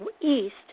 East